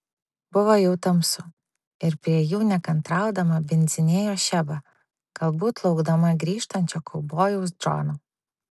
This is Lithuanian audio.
buvo jau tamsu ir prie jų nekantraudama bindzinėjo šeba galbūt laukdama grįžtančio kaubojaus džono